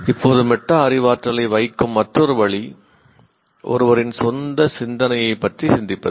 இப்போது மெட்டா அறிவாற்றலை வைக்கும் மற்றொரு வழி ஒருவரின் சொந்த சிந்தனையைப் பற்றி சிந்திப்பது